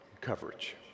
coverage